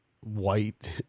white